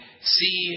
see